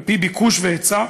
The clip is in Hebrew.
על פי ביקוש והיצע,